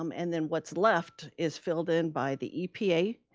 um and then what's left is filled in by the epa,